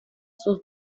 sus